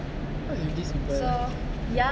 what is this people